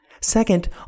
Second